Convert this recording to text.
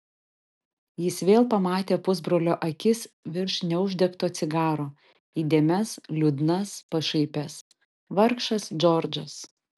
jis vėl pamatė pusbrolio akis virš neuždegto cigaro įdėmias liūdnas pašaipias vargšas džordžas